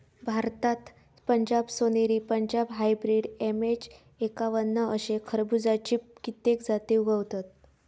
भारतात पंजाब सोनेरी, Punjab hybrid, MH एक्कावन्न अशे खरबुज्याची कित्येक जाती उगवतत